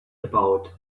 about